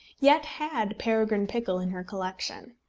yet had peregrine pickle in her collection.